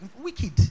Wicked